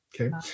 Okay